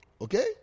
Okay